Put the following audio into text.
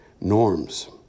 norms